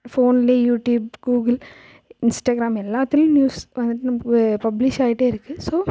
ஃபோன்லையே YouTube Google Instagram எல்லாத்துலையும் news வந்துட்டு நம்ப ப பப்ளிஷ் ஆயிகிட்டே இருக்குது ஸோ